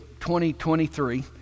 2023